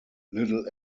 little